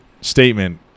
statement